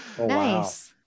Nice